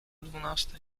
dwunastej